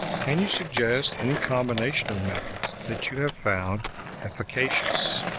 can you suggest any combination of methods that you have found efficacious?